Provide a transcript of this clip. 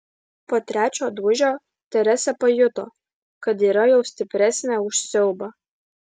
po trečio dūžio teresė pajuto kad yra jau stipresnė už siaubą